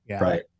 right